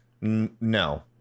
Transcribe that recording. No